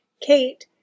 Kate